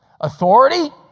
Authority